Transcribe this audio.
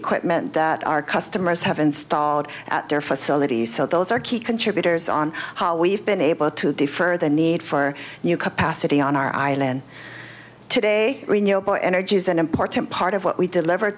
equipment that our customers have installed at their facilities so those are key contributors on how we've been able to defer the need for new capacity on r i n n today renewable energy is an important part of what we deliver